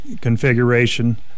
configuration